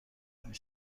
نمی